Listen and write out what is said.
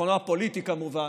ביטחונו הפוליטי, כמובן,